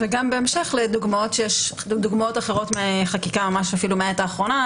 וגם בהמשך לדוגמאות אחרות מחקיקה ממש אפילו מהעת האחרונה,